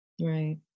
Right